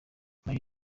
nyuma